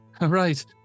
right